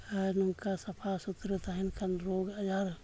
ᱟᱨ ᱱᱚᱝᱠᱟ ᱥᱟᱯᱷᱟ ᱥᱩᱛᱨᱟᱹ ᱛᱟᱦᱮᱱ ᱠᱷᱟᱱ ᱨᱳᱜᱽ ᱟᱡᱟᱨ